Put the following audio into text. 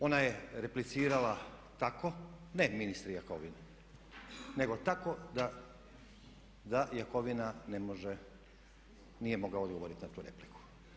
Ona je replicirala tako, ne ministru Jakovini, nego tako da Jakovina ne može, nije mogao odgovoriti na tu repliku.